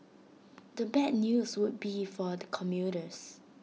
the bad news would be for the commuters